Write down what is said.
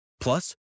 Plus